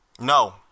No